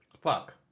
Fuck